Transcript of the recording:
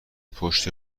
پشت